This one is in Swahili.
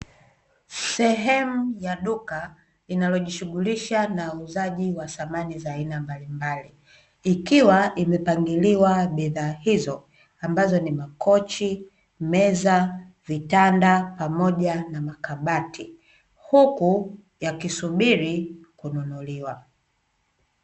Sehemu ya duka linalojishughulisha na uuzaji wa samani za aina mbalimbali, ikiwa imepangiliwa bidhaa hizo ambazo ni: makochi, meza, vitanda, pamoja na makabati; huku yakisubiri kununuliwa.